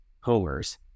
homers